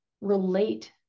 relate